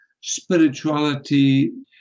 spirituality